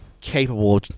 capable